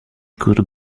could